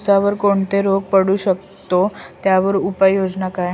ऊसावर कोणता रोग पडू शकतो, त्यावर उपाययोजना काय?